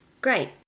Great